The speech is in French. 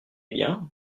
bien